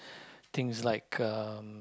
things like um